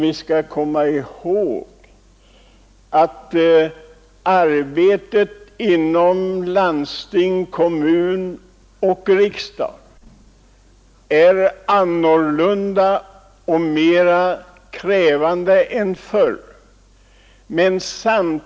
Det är ett faktum att arbetet inom landsting, kommun och riksdag numera är annorlunda och mer krävande än förr.